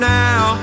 now